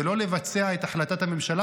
ולא לבצע את החלטת הממשלה,